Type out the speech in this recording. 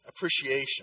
appreciation